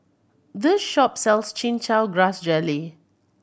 this shop sells Chin Chow Grass Jelly